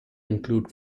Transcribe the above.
include